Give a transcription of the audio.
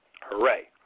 Hooray